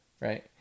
right